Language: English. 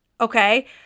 Okay